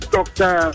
Doctor